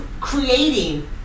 creating